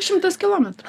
šimtas kilometrų